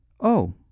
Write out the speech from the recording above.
Oh